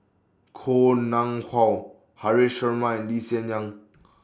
Koh Nguang How Haresh Sharma and Lee Hsien Yang